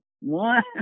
one